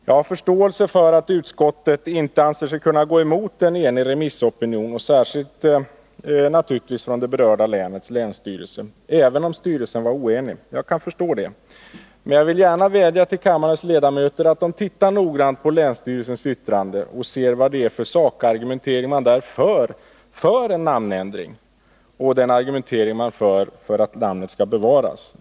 Jag har förståelse för att utskottet inte anser sig kunna gå emot en enig remissopinion — särskilt då från det berörda länets länsstyrelse, även om styrelsen var oenig. Men jag vill gärna vädja till kammarens ledamöter att noggrant titta på länsstyrelsens yttrande och att se på sakargumenten där för en namnändring resp. för ett bevarande av namnet.